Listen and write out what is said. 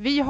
Det finns ju